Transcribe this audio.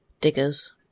diggers